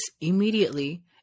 immediately